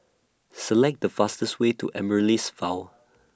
Select The fastest Way to Amaryllis vow